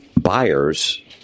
buyers